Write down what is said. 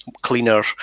cleaner